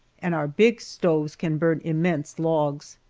and our big stoves can burn immense logs.